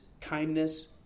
kindness